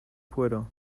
puedo